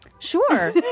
Sure